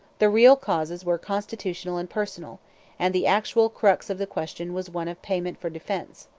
the real causes were constitutional and personal and the actual crux of the question was one of payment for defence.